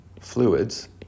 fluids